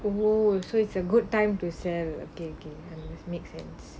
!whoa! so it's a good time to sell a geeky makes sense